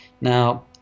Now